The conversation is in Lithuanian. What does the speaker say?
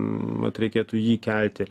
vat reikėtų jį kelti